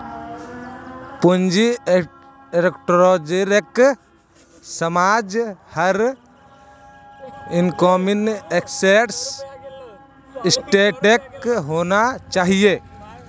पूंजी स्ट्रक्चरेर समझ हर इकोनॉमिक्सेर स्टूडेंटक होना चाहिए